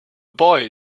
boy